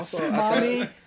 Mommy